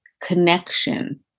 connection